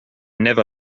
never